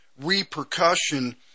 repercussion